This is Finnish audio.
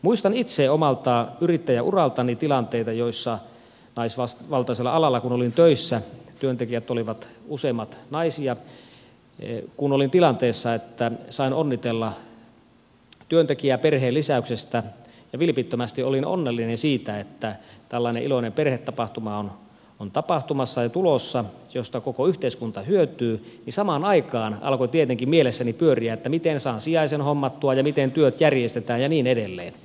muistan itse omalta yrittäjäuraltani tilanteita joissa naisvaltaisella alalla kun olin töissä työntekijät olivat useimmat naisia sain onnitella työntekijää perheenlisäyksestä ja vilpittömästi olin onnellinen siitä että tällainen iloinen perhetapahtuma on tapahtumassa ja tulossa josta koko yhteiskunta hyötyy ja samaan aikaan alkoi tietenkin mielessäni pyöriä miten saan sijaisen hommattua ja miten työt järjestetään ja niin edelleen